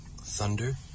Thunder